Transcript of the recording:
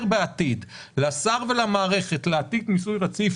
בעתיד לשר ולמערכת להטיל מיסוי רציף,